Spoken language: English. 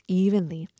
evenly